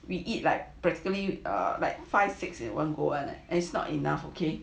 we eat like practically a like five six in one go and it's not enough okay